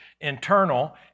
internal